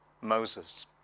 Moses